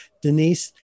Denise